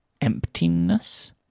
emptiness